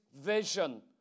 vision